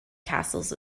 castles